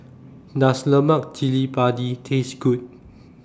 Does Lemak Cili Padi Taste Good